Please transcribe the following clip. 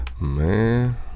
Man